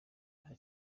nta